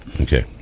Okay